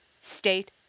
state